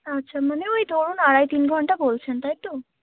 আচ্ছা মানে ওই ধরুন আড়াই তিন ঘণ্টা বলছেন তাই তো